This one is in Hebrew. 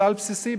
כלל בסיסי,